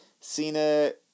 Cena